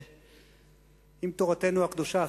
שאם תורתנו הקדושה,